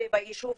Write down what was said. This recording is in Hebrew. ביישוב,